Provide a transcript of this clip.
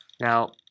Now